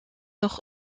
nog